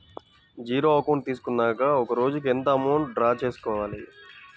Zero account తీసుకున్నాక ఒక రోజుకి ఎంత అమౌంట్ డ్రా చేసుకోవాలి?